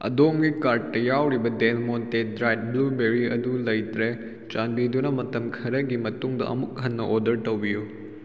ꯑꯗꯣꯝꯒꯤ ꯀꯥꯔ꯭ꯗꯇ ꯌꯥꯎꯔꯤꯕ ꯗꯦꯜ ꯃꯣꯟꯇꯦ ꯗ꯭ꯔꯥꯏꯗ ꯕ꯭ꯂꯨꯕꯦꯔꯤ ꯑꯗꯨ ꯂꯩꯇ꯭ꯔꯦ ꯆꯥꯟꯕꯤꯗꯨꯅ ꯃꯇꯝ ꯈꯔꯒꯤ ꯃꯇꯨꯡꯗ ꯑꯃꯨꯛ ꯍꯟꯅ ꯑꯣꯗꯔ ꯇꯧꯕꯤꯌꯨ